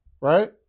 Right